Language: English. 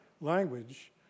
language